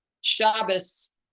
Shabbos